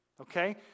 Okay